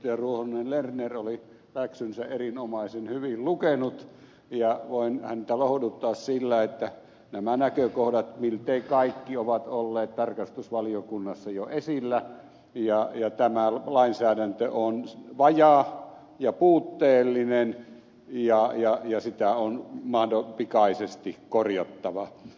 edustaja ruohonen lerner oli läksynsä erinomaisen hyvin lukenut ja voin häntä lohduttaa sillä että nämä näkökohdat miltei kaikki ovat olleet tarkastusvaliokunnassa jo esillä ja tämä lainsäädäntö on vajaa ja puutteellinen ja sitä on pikaisesti korjattava